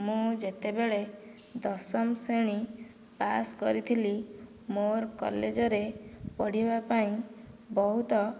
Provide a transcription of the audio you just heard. ମୁଁ ଯେତେବେଳେ ଦଶମ ଶ୍ରେଣୀ ପାସ୍ କରିଥିଲି ମୋର୍ କଲେଜରେ ପଢ଼ିବା ପାଇଁ ବହୁତ